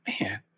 man